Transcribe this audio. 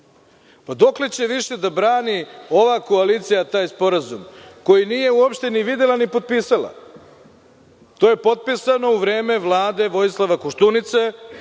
Dokle će više da brani ova koalicija taj sporazum, koji nije uopšte ni videla, ni potpisala? To je potpisano u vreme vlade Vojislava Koštunice,